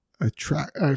Attract